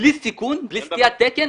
בלי סיכון ובלי סטיית תקן.